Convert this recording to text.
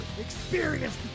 experience